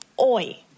oi